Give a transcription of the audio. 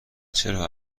چرا